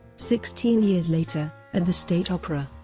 sixteen years later, at the state opera,